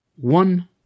one